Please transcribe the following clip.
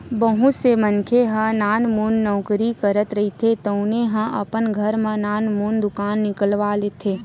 बहुत से मनखे ह नानमुन नउकरी करत रहिथे तउनो ह अपन घर म नानमुन दुकान निकलवा लेथे